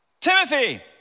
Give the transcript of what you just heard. Timothy